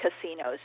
casinos